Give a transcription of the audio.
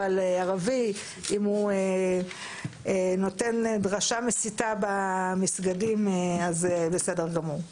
אבל אם ערבי נותן דרשה מסיתה במסגדים אז זה בסדר גמור.